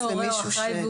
אני הורה או אחראי,